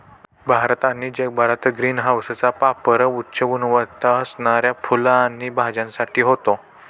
भारत आणि जगभरात ग्रीन हाऊसचा पापर उच्च गुणवत्ता असणाऱ्या फुलं आणि भाज्यांसाठी होतो